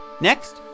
Next